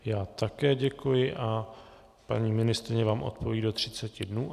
Já také děkuji a paní ministryně vám odpoví do 30 dnů.